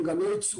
הם גם לא ייצאו,